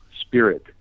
spirit